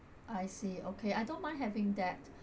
I see okay I don't mind having that